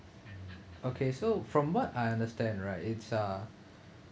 okay so from what I understand right it's uh